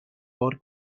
بار